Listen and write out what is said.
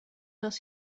does